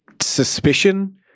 suspicion